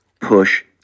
push